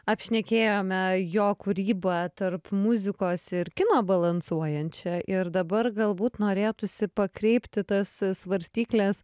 apšnekėjome jo kūrybą tarp muzikos ir kino balansuojančią ir dabar galbūt norėtųsi pakreipti tas svarstykles